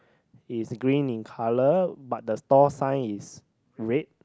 it's green in colour but the store sign is red